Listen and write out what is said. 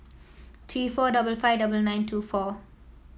three four double five double nine two four